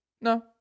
No